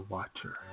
Watcher